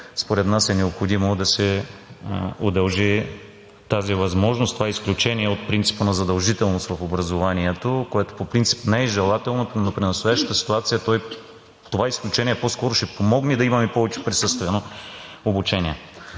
според нас е необходимо да се удължи тази възможност, това изключение от принципа на задължителност в образованието, което по принцип не е желателно, но при настоящата ситуация това изключение по-скоро ще помогне да имаме повече присъствено обучение.